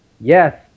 Yes